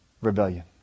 rebellion